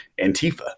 Antifa